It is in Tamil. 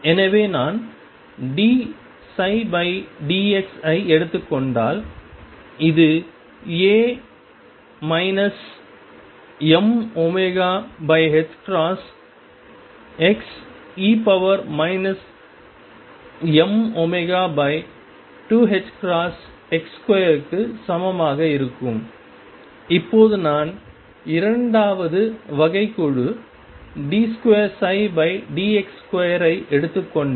எனவே நான் dψdx ஐ எடுத்துக் கொண்டால் இது A mωxe mω2ℏx2 க்கு சமமாக இருக்கும் இப்போது நான் இரண்டாவது வகைக்கெழு d2dx2 ஐ எடுத்துக் கொண்டால்